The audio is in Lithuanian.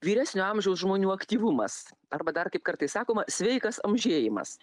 vyresnio amžiaus žmonių aktyvumas arba dar kaip kartais sakoma sveikas amžėjimas